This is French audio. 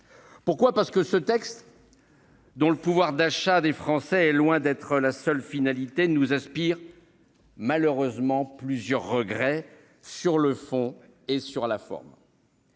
particulier. Ce texte, dont le pouvoir d'achat des Français est loin d'être la seule finalité, nous inspire malheureusement plusieurs regrets sur le fond et la forme.